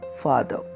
Father